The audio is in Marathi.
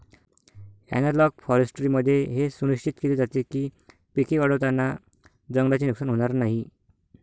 ॲनालॉग फॉरेस्ट्रीमध्ये हे सुनिश्चित केले जाते की पिके वाढवताना जंगलाचे नुकसान होणार नाही